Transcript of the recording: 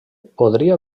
podria